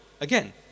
again